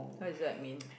what is that mean